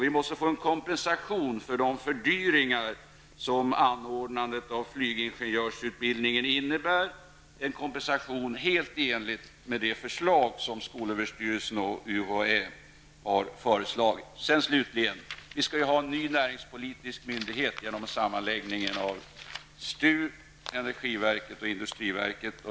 Vi måste få kompensation för de fördyringar som anordnandet av flygingenjörsutbildningen innebär, helt enligt skolöverstyrelsens och UHÄs förslag. Slutligen: Vi skall få en ny näringspolitisk myndighet genom sammanslagningen av STU, energiverket och industriverket.